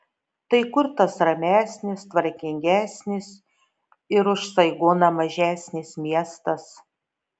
tai kur kas ramesnis tvarkingesnis ir už saigoną mažesnis miestas